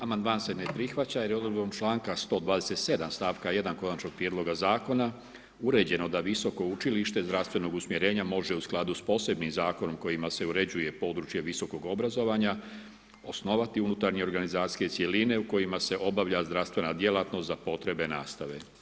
Amandman se ne prihvaća jer je odredbom članka 127 stavka 1 konačnog prijedloga zakona uređeno da visoko učilište zdravstvenog usmjerenja može u skladu s posebnim zakonom kojima se uređuje područje visokog obrazovanja osnovati unutarnje organizacijske cjeline u kojima se obavlja zdravstvena djelatnost za potrebe nastave.